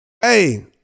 Hey